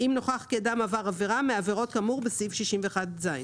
אם נוכח כי אדם עבר עבירה מהעבירות כאמור בסעיף 61ז .